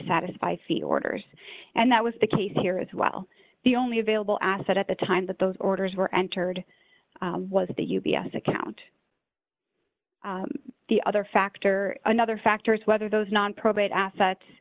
satisfy fee orders and that was the case here as well the only available asset at the time that those orders were entered was the u b s account the other factor another factor is whether those nonprofit assets